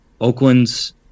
Oakland's